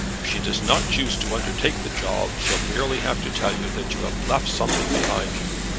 if she does not choose to undertake the job, she'll merely have to tell you that you have left something behind you.